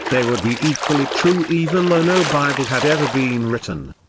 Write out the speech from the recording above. they would be equally true even though no bible had ever been written.